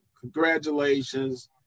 congratulations